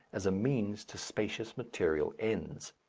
as a means to spacious material ends.